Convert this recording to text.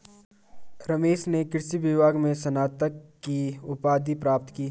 रमेश ने कृषि विज्ञान में स्नातक की उपाधि प्राप्त की